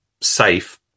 safe